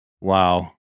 Wow